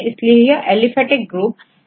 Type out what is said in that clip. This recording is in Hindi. इसी तरह एलिफेटिक ग्रुप Alanine Valineहोता